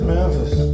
Memphis